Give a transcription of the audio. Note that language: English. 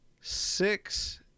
six